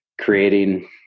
creating